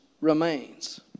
remains